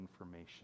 information